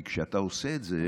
כי כשאתה עושה את זה,